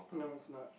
no is not